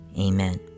Amen